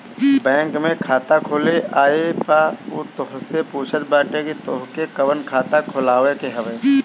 bank में खाता खोले आए पअ उ तोहसे पूछत बाटे की तोहके कवन खाता खोलवावे के हवे